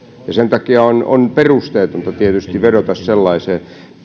ja sen takia on tietysti perusteetonta vedota sellaiseen